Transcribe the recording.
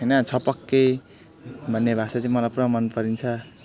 होइन छपक्कै भन्ने भाषा चाहिँ मलाई पुरा मन परिन्छ